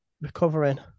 recovering